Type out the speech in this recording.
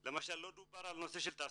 לא דובר על נושא תעסוקה.